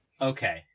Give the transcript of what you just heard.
Okay